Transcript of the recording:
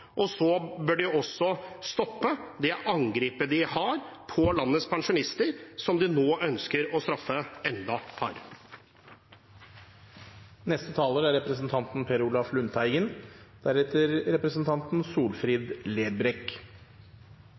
og de bør også stoppe det angrepet de har på landets pensjonister, som de nå ønsker å straffe enda